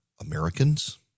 Americans